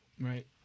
Right